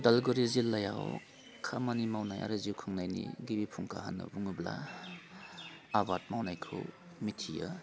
अदालगुरि जिल्लायाव खामानि मावनाय आरो जिउ खुंनायनि गिबि फुंखा होना बुङोब्ला आबाद मावनायखौ मिथियो